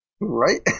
Right